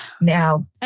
Now